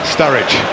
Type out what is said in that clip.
Sturridge